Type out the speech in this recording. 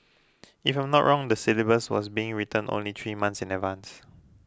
if I'm not wrong the syllabus was being written only three months in advance